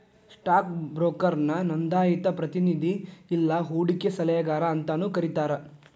stock ಬ್ರೋಕರ್ನ ನೋಂದಾಯಿತ ಪ್ರತಿನಿಧಿ ಇಲ್ಲಾ ಹೂಡಕಿ ಸಲಹೆಗಾರ ಅಂತಾನೂ ಕರಿತಾರ